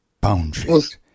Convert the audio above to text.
Boundaries